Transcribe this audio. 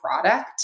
product